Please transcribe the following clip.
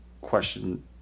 question